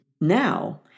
now